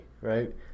Right